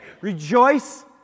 Rejoice